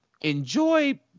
enjoy